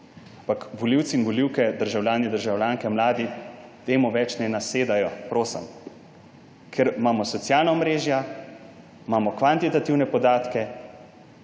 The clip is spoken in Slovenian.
volivci in volivke, državljani, državljanke, mladi temu več ne nasedajo. Ker imamo socialna omrežja, imamo kvantitativne podatke,